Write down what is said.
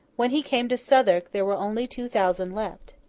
when he came to southwark, there were only two thousand left.